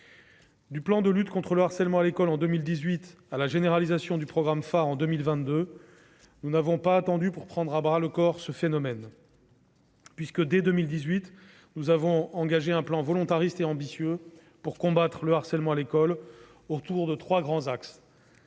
Du plan de lutte contre le harcèlement à l'école, en 2018, à la généralisation du programme de lutte contre le harcèlement à l'école (pHARe), en 2022, nous n'avons pas attendu pour prendre à bras-le-corps ce phénomène. Dès 2018, nous avons engagé un plan volontariste et ambitieux pour combattre le harcèlement à l'école autour de trois grands axes